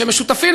שמשותפים,